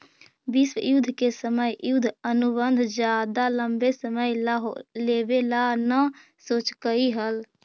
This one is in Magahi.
विश्व युद्ध के समय युद्ध अनुबंध ज्यादा लंबे समय ला लेवे ला न सोचकई हल